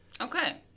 Okay